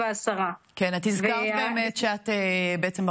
היה לי חשוב להגיד מילה על סיפורי הגבורה שאני שומעת כל השבוע בשבעות,